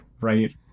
right